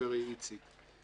לחברי איציק שמולי.